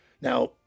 Now